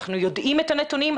אנחנו יודעים את הנתונים,